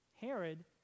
Herod